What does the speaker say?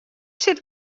sit